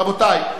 רבותי,